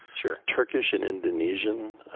sure. turkish and indonesian